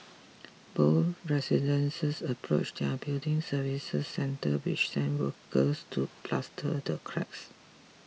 both residents approached their building services centre which sent workers to plaster the cracks